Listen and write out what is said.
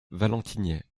valentigney